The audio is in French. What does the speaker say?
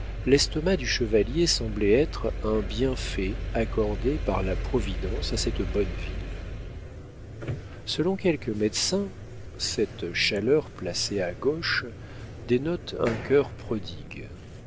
l'estomac du chevalier semblait être un bienfait accordé par la providence à cette bonne ville selon quelques médecins cette chaleur placée à gauche dénote un cœur prodigue